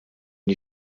die